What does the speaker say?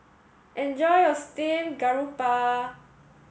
enjoy your Steamed Garoupa